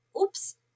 oops